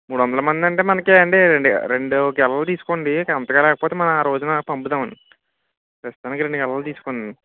మూడొందల మందంటే మనకి అండి అండి రెండు గెలలు తీసుకోండి అంతగా రాకపోతే మనం ఆ రోజున పంపుదామండి ప్రస్తుతానికి రెండు గెలలు తీసుకోండి